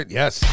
yes